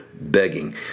begging